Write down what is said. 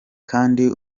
kandi